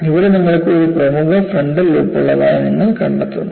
ഇവിടെ നിങ്ങൾക്ക് ഒരു പ്രമുഖ ഫ്രണ്ടൽ ലൂപ്പ് ഉള്ളതായി നിങ്ങൾ കണ്ടെത്തുന്നു